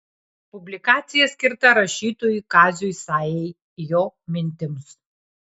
publikacija skirta rašytojui kaziui sajai jo mintims